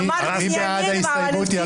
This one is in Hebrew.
מי בעד ההסתייגות?